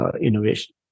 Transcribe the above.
innovation